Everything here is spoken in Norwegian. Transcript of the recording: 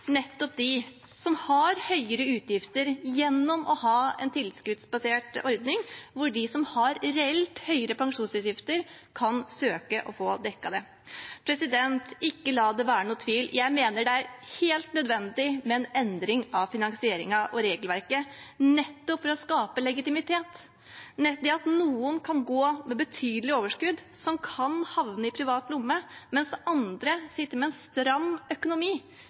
nettopp dem som har høyere utgifter, gjennom å ha en tilskuddsbasert ordning hvor de som har reelt høyere pensjonsutgifter, kan søke og få dekket det. Ikke la det være noen tvil: Jeg mener at det er helt nødvendig med en endring av finansieringen og regelverket, nettopp for å skape legitimitet. Det at noen kan gå med betydelig overskudd, som kan havne i privat lomme, mens andre sitter med en stram økonomi,